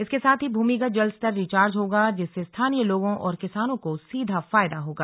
इसके साथ ही भूमिगत जल स्तर रिचार्ज होगा जिससे स्थानीय लोगों और किसानों को सीधा फायदा होगा